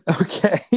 Okay